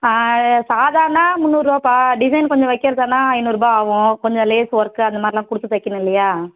சாதானா முந்நூறுவாப்பா டிசைன் துணி வக்கறதுன்னா ஐநூறுரூபா ஆவும் கொஞ்சம் லேஸ் ஒர்க்கு அந்தமாதிரிலாம் கொடுத்து தைக்கணும் இல்லையா